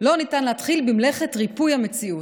לא ניתן להתחיל במלאכת ריפוי המציאות.